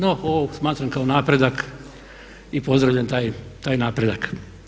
No, ovo smatram kao napredak i pozdravljam taj napredak.